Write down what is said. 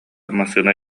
массыына